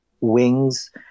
wings